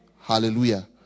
Hallelujah